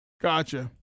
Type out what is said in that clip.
Gotcha